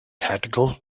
tactical